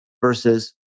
versus